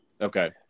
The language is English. Okay